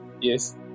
Yes